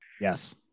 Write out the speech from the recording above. yes